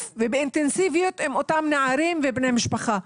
ובאינטנסיביות עם אותם נערים ובני משפחה,